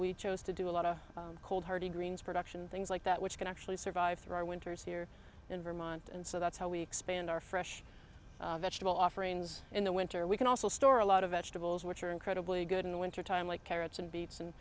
we chose to do a lot of cold hardy greens production things like that which can actually survive through our winters here in vermont and so that's how we expand our fresh vegetable offerings in the winter we can also store a lot of vegetables which are incredibly good in the wintertime like carrots and beets and